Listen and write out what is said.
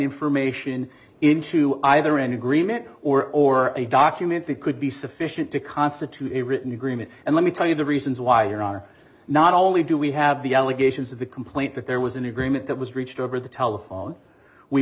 information into either an agreement or or a document that could be sufficient to constitute a written and let me tell you the reasons why there are not only do we have the allegations of the complaint that there was an agreement that was reached over the telephone we